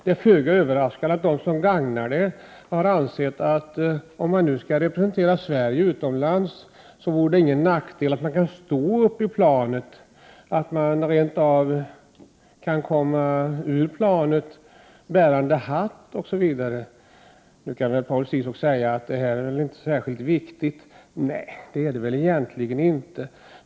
Det är föga överraskande att de som begagnar det har ansett att det, om man nu skall representera Sverige utomlands, inte är någon nackdel om man kan stå uppi planet och rent av kan komma ut ur planet bärande hatt. Nu kan Paul Ciszuk säga att det väl inte är särskilt viktigt, och det är det väl egentligen inte.